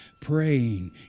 praying